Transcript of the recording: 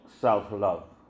self-love